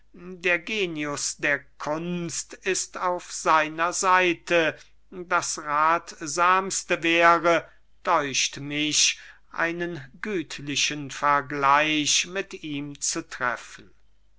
der genius der kunst ist auf seiner seite das rathsamste wäre däucht mich einen gütlichen vergleich mit ihm zu treffen